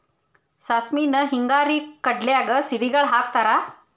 ಸಾಸ್ಮಿನ ಹಿಂಗಾರಿ ಕಡ್ಲ್ಯಾಗ ಸಿಡಿಗಾಳ ಹಾಕತಾರ